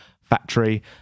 factory